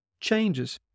changes